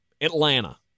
atlanta